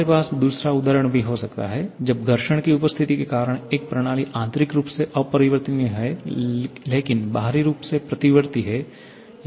हमारे पास दूसरा उदाहरण भी हो सकता है जब घर्षण की उपस्थिति के कारण एक प्रणाली आंतरिक रूप से अपरिवर्तनीय है लेकिन बाहरी रूप से प्रतिवर्ती है